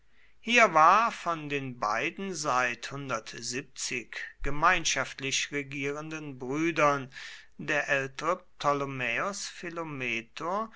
hier war von den beiden seit gemeinschaftlich regierenden brüdern der ältere